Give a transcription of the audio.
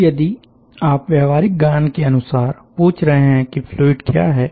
अब यदि आप व्यावहारिक ज्ञान के अनुसार पूछ रहे हैं कि फ्लूइड क्या है